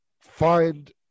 find